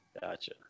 Gotcha